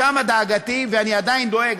משם דאגתי, ואני עדיין דואג.